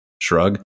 shrug